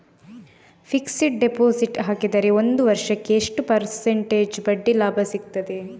Fixed deposit ಹಾಕಿದರೆ ಒಂದು ವರ್ಷಕ್ಕೆ ಎಷ್ಟು ಪರ್ಸೆಂಟೇಜ್ ಬಡ್ಡಿ ಲಾಭ ಸಿಕ್ತದೆ?